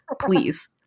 please